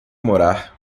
morar